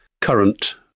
current